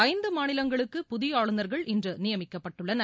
ஐந்து மாநிலங்களுக்கு புதிய ஆளுநர்கள் இன்று நியமிக்கப்பட்டுள்ளனர்